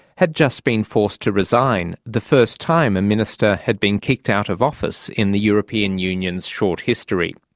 had just been forced to resign, the first time a minister had been kicked out of office in the european union's short history.